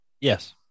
Yes